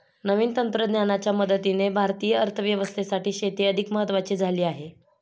नवीन तंत्रज्ञानाच्या मदतीने भारतीय अर्थव्यवस्थेसाठी शेती अधिक महत्वाची झाली आहे